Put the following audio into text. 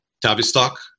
Tavistock